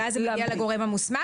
ואז זה מגיע לגורם המוסמך.